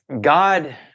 God